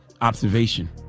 observation